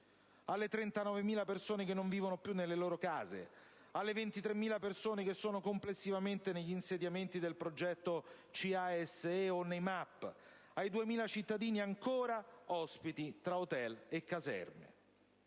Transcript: alle 39.000 persone che non vivono più nelle loro case, alle 23.000 persone che sono complessivamente negli insediamenti del progetto C.A.S.E. o nei MAP, ai 2.000 cittadini ancora ospiti tra hotel e caserme.